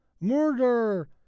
Murder